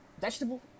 vegetable